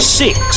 six